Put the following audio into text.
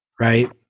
right